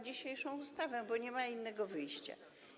dzisiejszą ustawę, bo nie ma innego wyjścia.